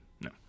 no